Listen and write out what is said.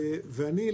ואני,